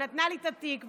ונתנה לי את התיק,